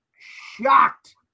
shocked